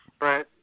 Right